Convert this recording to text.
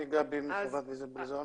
אני גבי מחברת Viziblezone.